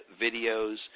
videos